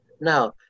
Now